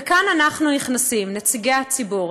וכאן אנחנו נכנסים, נציגי הציבור.